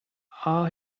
all